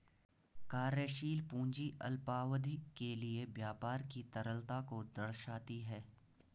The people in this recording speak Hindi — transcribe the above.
कार्यशील पूंजी अल्पावधि के लिए व्यापार की तरलता को दर्शाती है